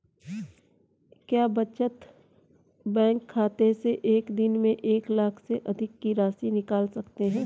क्या बचत बैंक खाते से एक दिन में एक लाख से अधिक की राशि निकाल सकते हैं?